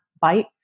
bite